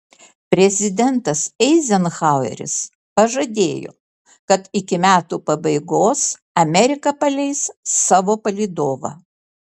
prezidentas eizenhaueris pažadėjo kad iki metų pabaigos amerika paleis savo palydovą